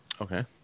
Okay